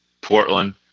Portland